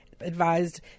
advised